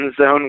zone